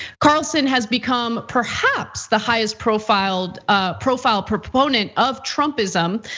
carlson has become perhaps the highest profile ah profile proponent of trumpism.